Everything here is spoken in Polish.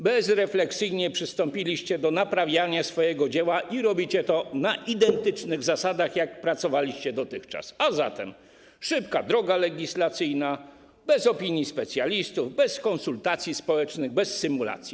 Bezrefleksyjnie przystąpiliście do naprawiania swojego dzieła i robicie to na identycznych zasadach, na jakich pracowaliście dotychczas - a zatem szybka droga legislacyjna, bez opinii specjalistów, bez konsultacji społecznych, bez symulacji.